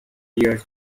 here